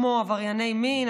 כמו עברייני מין,